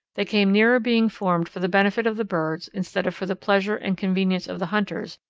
they came nearer being formed for the benefit of the birds instead of for the pleasure and convenience of the hunters,